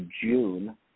June